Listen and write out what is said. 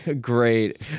great